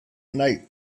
night